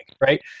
right